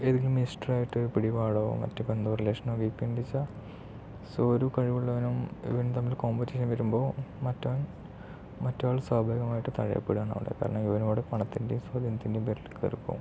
ഏതെങ്കിലും എക്സ്ട്ര ആയിട്ട് പിടിപാടോ മറ്റു ബന്ധമോ റിലേഷനോ കീപ്പ് ചെയ്യുന്നുണ്ട് വച്ചാൽ സൊ ഒരു കഴിവുള്ളവനും ഇവനും തമ്മിൽ കോമ്പറ്റീഷൻ വരുമ്പോൾ മറ്റവൻ മറ്റവൻ സ്വാഭാവികമായിട്ടും തഴയപ്പെടുകയാണ് അവിടെ കാരണം ഇവനവിടെ പണത്തിൻ്റെയും സ്വാധീനത്തിൻ്റെയും പേരിൽ കയറിപ്പോവും